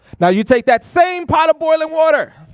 now you take that same pot of boiling water,